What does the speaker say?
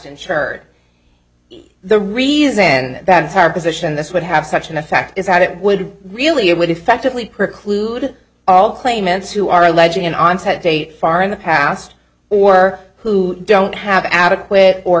insured the reason and that is our position this would have such an effect is that it would really it would effectively preclude all claimants who are alleging an onset date far in the past or who don't have adequate or